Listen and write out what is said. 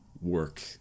work